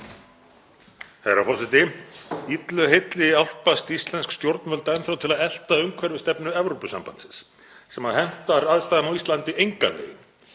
Herra forseti. Illu heilli álpast íslensk stjórnvöld enn þá til að elta umhverfisstefnu Evrópusambandsins sem hentar aðstæðum á Íslandi engan veginn